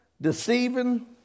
deceiving